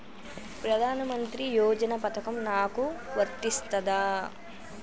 ప్రధానమంత్రి యోజన పథకం నాకు వర్తిస్తదా?